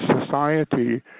society